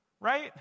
right